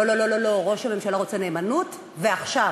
לא לא לא, ראש הממשלה רוצה נאמנות ועכשיו.